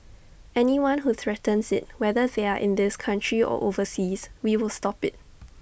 anyone who threatens IT whether they are in this country or overseas we will stop IT